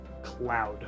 cloud